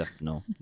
no